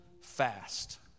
fast